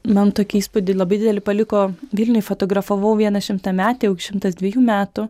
man tokį įspūdį labai didelį paliko vilniuj fotografavau vieną šimtametę jau šimtas dvejų metų